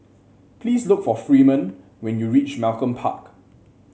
please look for Freeman when you reach Malcolm Park